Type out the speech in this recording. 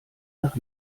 nach